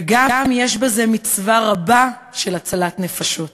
וגם יש בזה מצווה רבה של הצלת נפשות".